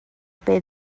beth